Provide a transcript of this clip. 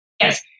Yes